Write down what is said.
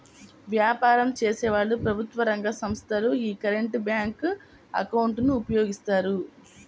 వ్యాపారం చేసేవాళ్ళు, ప్రభుత్వ రంగ సంస్ధలు యీ కరెంట్ బ్యేంకు అకౌంట్ ను ఉపయోగిస్తాయి